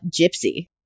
Gypsy